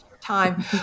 time